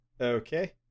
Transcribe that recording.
Okay